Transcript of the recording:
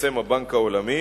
שפרסם הבנק העולמי,